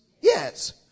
yes